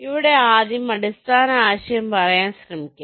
ഇവിടെ ആദ്യം അടിസ്ഥാന ആശയം പറയാൻ ശ്രമിക്കാം